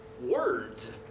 words